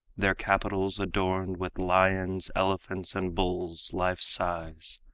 their capitals adorned with lions, elephants, and bulls, life size,